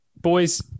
boys